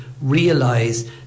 realise